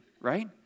right